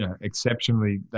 exceptionally